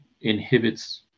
inhibits